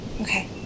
Okay